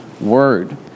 word